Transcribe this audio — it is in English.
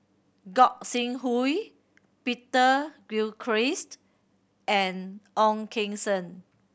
Gog Sing Hooi Peter Gilchrist and Ong Keng Sen